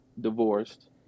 divorced